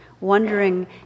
wondering